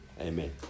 Amen